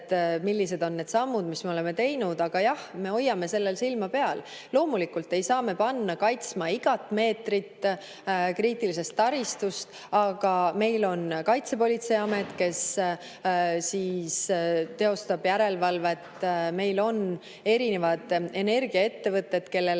millised on need sammud, mis me oleme teinud. Aga jah, me hoiame sellel silma peal. Loomulikult ei saa me panna kaitsma igat meetrit kriitilisest taristust, aga meil on Kaitsepolitseiamet, kes teostab järelevalvet. Meil on erinevad energiaettevõtted, kellele